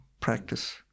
practice